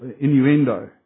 innuendo